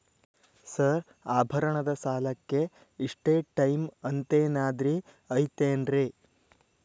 Sir ಆಭರಣದ ಸಾಲಕ್ಕೆ ಇಷ್ಟೇ ಟೈಮ್ ಅಂತೆನಾದ್ರಿ ಐತೇನ್ರೇ?